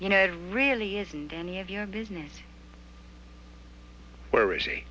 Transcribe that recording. you know really isn't any of your business where